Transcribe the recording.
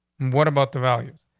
what about the values?